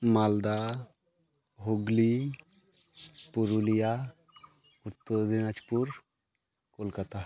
Malda Hooghly Purulia Uttar Dinajpur Kolkata